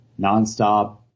nonstop